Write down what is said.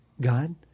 God